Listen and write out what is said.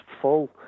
full